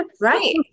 Right